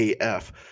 AF